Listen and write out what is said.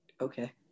Okay